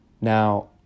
Now